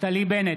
נפתלי בנט,